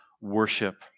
worship